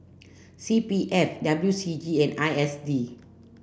C P F W C G and I S D